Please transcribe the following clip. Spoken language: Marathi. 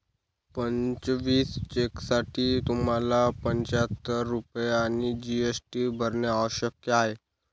पंचवीस चेकसाठी तुम्हाला पंचाहत्तर रुपये आणि जी.एस.टी भरणे आवश्यक आहे